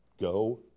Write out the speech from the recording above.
Go